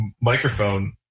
microphone